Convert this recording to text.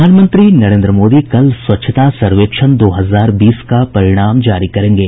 प्रधानमंत्री नरेन्द्र मोदी कल स्वच्छता सर्वेक्षण दो हजार बीस का परिणाम जारी करेंगे